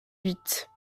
huit